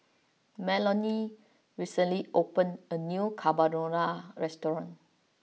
Melony recently opened a new Carbonara restaurant